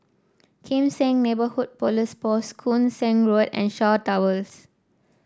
Kim Seng Neighbourhood Police Post Koon Seng Road and Shaw Towers